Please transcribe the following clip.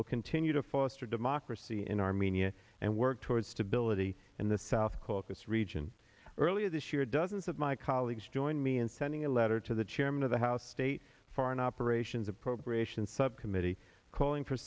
will continue to foster democracy in armenia and work toward stability in the south caucasus region earlier this year dozens of my colleagues joined me in sending a letter to the chairman of the house state foreign operations appropriations subcommittee calling for